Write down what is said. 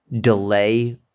delay